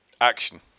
Action